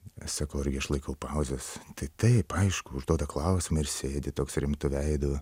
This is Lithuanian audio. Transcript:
aš sakau argi aš laikau pauzes tai taip aišku užduoda klausimą ir sėdi toks rimtu veidu